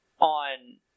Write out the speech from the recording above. on